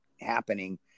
happening